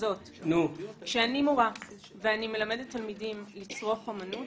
כשאני מלמדת תלמידים לצרוך אמנות,